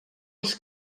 els